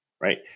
right